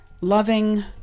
loving